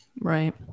right